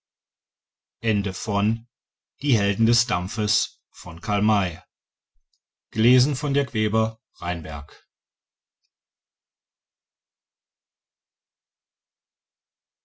die helden des dampfes